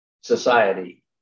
society